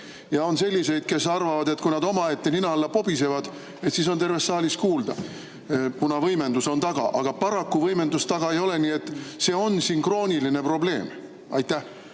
ja on selliseid, kes arvavad, et kui nad omaette nina alla pobisevad, siis on terves saalis kuulda, kuna võimendus on taga. Aga paraku võimendust taga ei ole, nii et see on siin krooniline probleem. Aitäh,